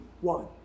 one